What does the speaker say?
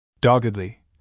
Doggedly